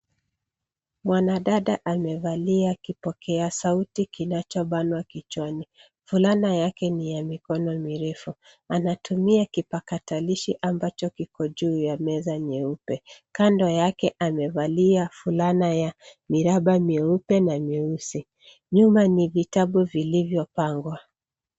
Mwanadada amevalia kipokea sauti kinachobanwa kichwani. Fulana yake ni ya mikono mirefu. Anatumia kipakatalishi ambacho kiko juu ya meza nyeupe. Kando yake amevalia fulana ya miraba myeupe na myeusi. Nyuma ni vitabu vilivyopangwa.